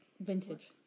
Vintage